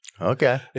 Okay